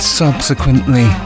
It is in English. subsequently